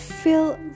Feel